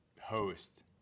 host